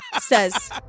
says